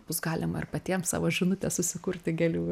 bus galima ir patiems savo žinutes susikurti gėlių